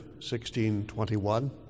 1621